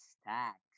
stacks